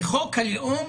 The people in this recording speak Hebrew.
וחוק הלאום